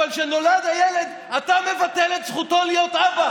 אבל כשנולד הילד אתה מבטל את זכותו להיות אבא.